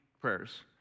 prayers